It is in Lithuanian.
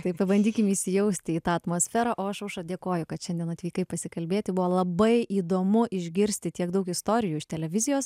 tai pabandykim įsijausti į tą atmosferą o aš aušra dėkoju kad šiandien atvykai pasikalbėti buvo labai įdomu išgirsti tiek daug istorijų iš televizijos